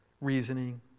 reasoning